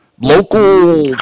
local